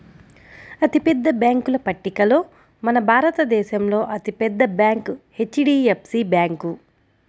అతిపెద్ద బ్యేంకుల పట్టికలో మన భారతదేశంలో అతి పెద్ద బ్యాంక్ హెచ్.డీ.ఎఫ్.సీ బ్యాంకు